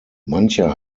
mancher